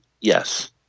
Yes